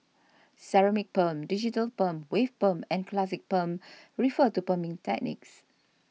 ceramic perm digital perm wave perm and classic perm refer to perming techniques